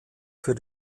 für